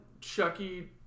Chucky